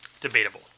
debatable